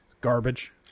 Garbage